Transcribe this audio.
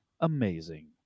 amazing